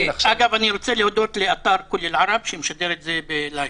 אני רוצה להודות לאתר "כל אל-ערב" שמשדר את זה בלייב.